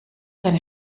deine